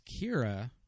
Kira